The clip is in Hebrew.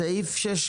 בבקשה אדוני.